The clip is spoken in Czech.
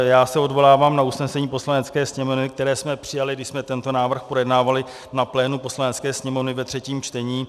Já se odvolávám na usnesení Poslanecké sněmovny, které jsme přijali, když jsme tento návrh projednávali na plénu Poslanecké sněmovny ve třetím čtení.